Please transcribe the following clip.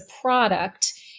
product